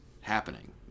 happening